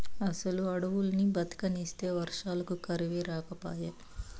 అసలు అడవుల్ని బతకనిస్తే వర్షాలకు కరువే రాకపాయే